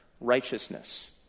righteousness